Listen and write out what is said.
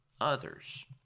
others